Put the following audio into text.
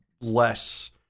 less